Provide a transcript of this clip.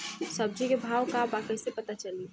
सब्जी के भाव का बा कैसे पता चली?